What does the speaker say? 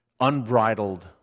Unbridled